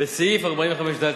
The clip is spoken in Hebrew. בסעיף 45(ד),